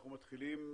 אנחנו מתחילים